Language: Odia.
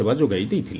ସେବା ଯୋଗାଇ ଦେଇଥିଲେ